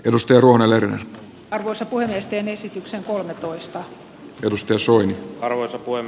perusteluna leirin arvoisa puhemies teen esityksen kolmetoista ruskeasuon arvoisa kuin